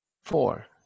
Four